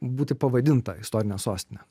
būti pavadinta istorine sostine